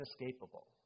inescapable